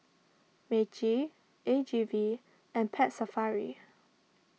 Meiji A G V and Pet Safari